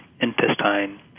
intestine